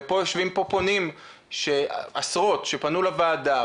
ויושבים פה מאות פונים שפנו לוועדה,